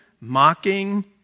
mocking